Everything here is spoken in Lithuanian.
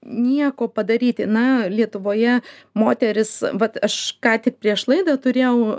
nieko padaryti na lietuvoje moterys vat aš ką tik prieš laidą turėjau